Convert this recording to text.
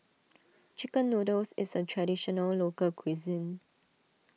Chicken Noodles is a Traditional Local Cuisine